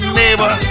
neighbor